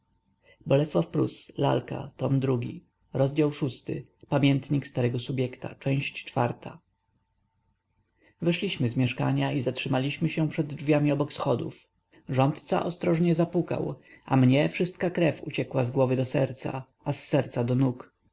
nie zasnąłby gdyby nie dostał wałów dobry chłopak mówił sprytny chłopak ale szelma wyszliśmy z mieszkania i zatrzymaliśmy się przede drzwiami obok schodów rządca ostrożnie zapukał a mnie wszystka krew uciekła z głowy do serca a z serca do nóg